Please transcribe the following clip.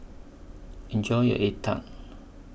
Enjoy your Egg Tart